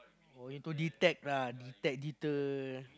only to detect lah detect deter